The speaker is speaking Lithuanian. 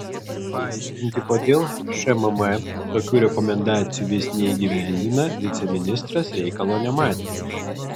paaiškinti kodėl šmm tokių rekomendacijų vis neįgyvendina viceministras reikalo nematė